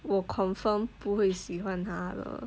我 confirm 不会喜欢她了